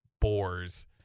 boars